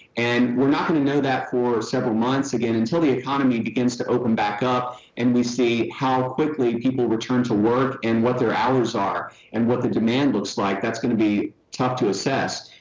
and we're not going to know that for several months again until the economy begins to open back up and we see how quickly people return to work and what their hours are and what the demand looks like, that's going to be tough to assess.